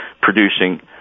producing